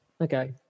Okay